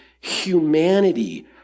humanity